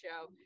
show